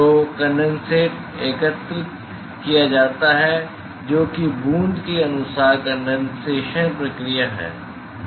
तो कनडेनसेट एकत्र किया जाता है जो कि बूंद के अनुसार कंडेंसेशन प्रक्रिया है